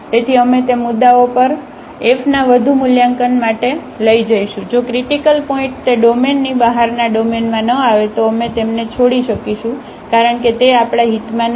તેથી અમે તે મુદ્દાઓ પર fના વધુ મૂલ્યાંકનમાટે લઈ જઈશું જો ક્રિટીકલ પોઇન્ટ તે ડોમેનની બહારના ડોમેનમાં ન આવે તો અમે તેમને છોડી શકીશું કારણ કે તે આપણા હિતમાં નથી